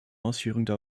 ausführungen